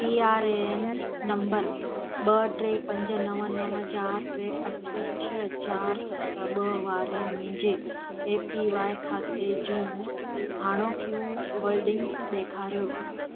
P R A N number ॿ टे पंज नव नव चारि टे अठ छह चारि सत ॿ वारे मुंहिंजे ए पी वाए खाते जूं हाणोकियूं होल्डिंग्स ॾेखारियो